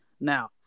Now